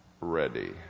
ready